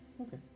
Okay